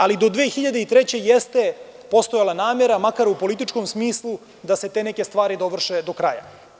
Ali do 2003. godine jeste postojala namera makar u političkom smislu da se te neke stvari dovrše do kraja.